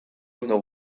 ondo